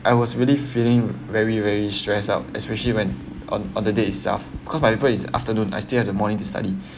I was really feeling very very stressed out especially when on on the day itself cause my paper is afternoon I still have the morning to study